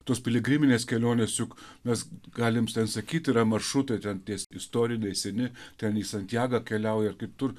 tos piligriminės kelionės juk mes galim ten sakyt yra maršrutai ten ties istoriniai seni ten į santjagą keliauja ir kitur